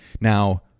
Now